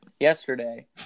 Yesterday